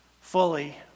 fully